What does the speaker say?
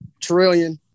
trillion